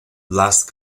last